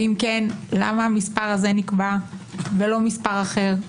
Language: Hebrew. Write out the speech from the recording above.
ואם כן, למה המספר הזה נקבע ולא מספר אחר?